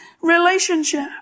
relationship